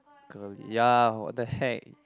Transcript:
girly ya what the heck